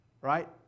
Right